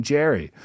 Jerry